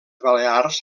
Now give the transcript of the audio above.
balears